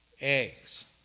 eggs